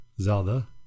Zelda